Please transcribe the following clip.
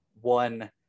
one